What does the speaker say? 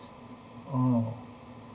oh